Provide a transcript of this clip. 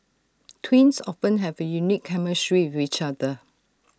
twins often have A unique chemistry with each other